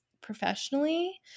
professionally